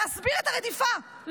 להסביר את הרדיפה,